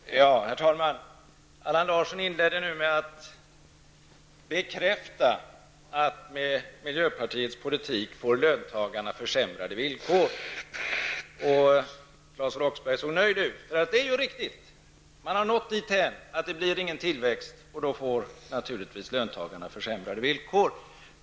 Herr talman! Allan Larsson inledde med att bekräfta att miljöpartiets politik ger löntagarna försämrade villkor, och Claes Roxbergh såg nöjd ut. Man har kommit dithän att det inte blir någon tillväxt, och då får naturligtvis löntagarna försämrade villkor.